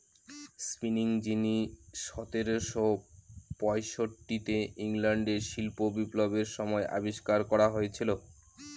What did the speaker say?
spinning jenny সতেরোশো পয়ষট্টিতে ইংল্যান্ডে শিল্প বিপ্লবের সময় আবিষ্কার করা হয়েছিল